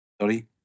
sorry